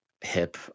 hip